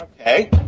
Okay